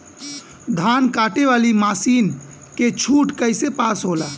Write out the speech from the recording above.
धान कांटेवाली मासिन के छूट कईसे पास होला?